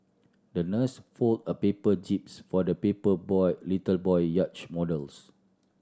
the nurse folded a paper jibs for the people boy little boy yachts models